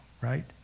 right